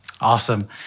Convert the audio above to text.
Awesome